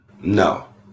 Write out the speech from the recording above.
no